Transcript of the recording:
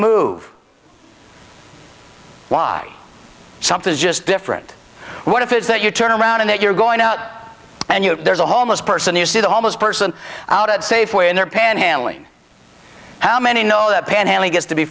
move why something's just different what if is that you turn around and you're going out and you know there's a homeless person you see the homeless person out at safeway and they're panhandling how many know that panhandling has to be